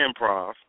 Improv